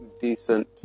decent